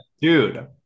Dude